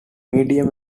medium